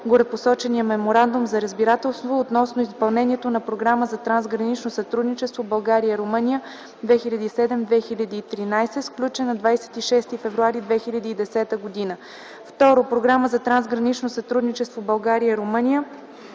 горепосочения Меморандум за разбирателство относно изпълнението на Програма за трансгранично сътрудничество България – Румъния 2007-2013 г., сключен на 26 февруари 2010 г. ІІ. Програмата за трансгранично сътрудничество България – Румъния